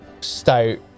stout